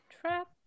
Trap